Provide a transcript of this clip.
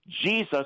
Jesus